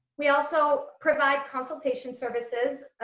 we also provide consultation services.